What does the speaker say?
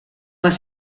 les